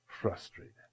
frustrated